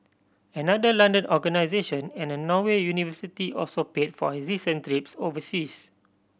another London organisation and a Norway university also paid for his recent trips overseas